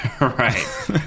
Right